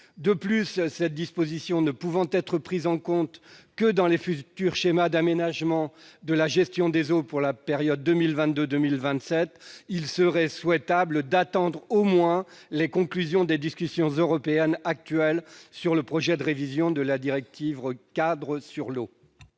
De plus, cette disposition ne pouvant être prise en compte que dans les futurs schémas d'aménagement de la gestion des eaux pour la période 2022-2027, il serait souhaitable d'attendre au moins les conclusions des discussions européennes actuelles sur le projet de révision de la directive-cadre sur l'eau.